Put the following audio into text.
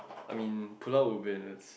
I mean Pulau-Ubin is